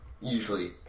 usually